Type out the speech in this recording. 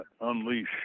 Unleash